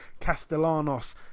Castellanos